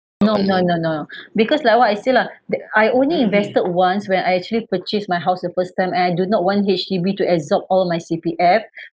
no no no no because like what I say lah that I only invested once when I actually purchase my house the first time and I do not want H_D_B to absorb all my C_P_F